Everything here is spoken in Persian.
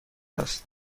است